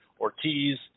Ortiz